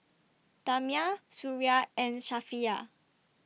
Damia Suria and Safiya